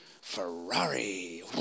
Ferrari